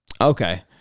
okay